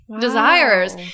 desires